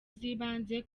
z’ibanze